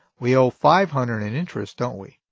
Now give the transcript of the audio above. we owe five hundred in interest, don't we?